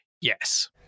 yes